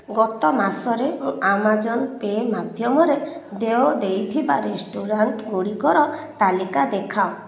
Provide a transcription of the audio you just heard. ଗତ ମାସରେ ମୁଁ ଆମାଜନ୍ ପେ' ମାଧ୍ୟମରେ ଦେୟ ଦେଇଥିବା ରେଷ୍ଟୁରାଣ୍ଟ୍ଗୁଡ଼ିକର ତାଲିକା ଦେଖାଅ